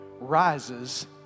rises